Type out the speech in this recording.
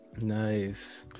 Nice